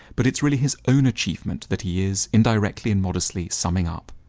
but it is really his own achievement that he is, indirectly and modestly, summing up.